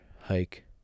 hike